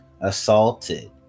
assaulted